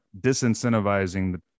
disincentivizing